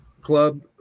club